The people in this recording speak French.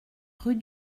rue